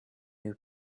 new